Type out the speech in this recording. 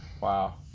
Wow